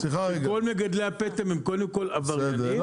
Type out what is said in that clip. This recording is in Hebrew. כל מגדלי הפטם הם קודם כל עבריינים,